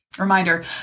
Reminder